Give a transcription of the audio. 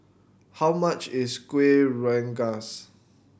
how much is Kueh Rengas